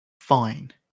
Fine